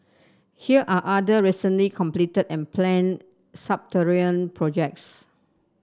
here are other recently completed and planned subterranean projects